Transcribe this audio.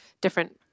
different